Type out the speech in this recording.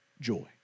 joy